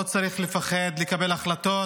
לא צריך לפחד לקבל החלטות.